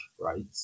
right